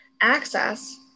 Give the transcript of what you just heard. access